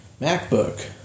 Macbook